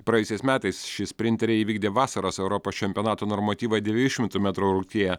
praėjusiais metais ši sprinterė įvykdė vasaros europos čempionato normatyvą dviejų šimtų metrų rungtyje